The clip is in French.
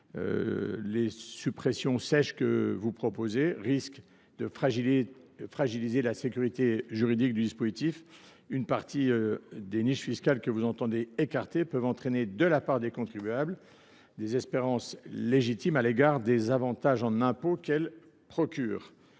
Les suppressions « sèches » que vous proposez risquent de fragiliser la sécurité juridique du dispositif. Une partie des niches fiscales que vous entendez écarter peuvent entraîner de la part des contribuables des espérances légitimes à l’égard des avantages en impôts qu’elles procurent.